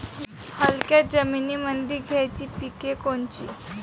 हलक्या जमीनीमंदी घ्यायची पिके कोनची?